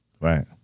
Right